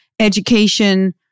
Education